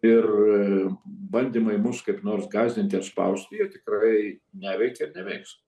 ir bandymai mus kaip nors gąsdinti ar spausti jie tikrai neveikia ir neveiks